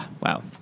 Wow